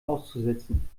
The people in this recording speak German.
auszusitzen